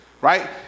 Right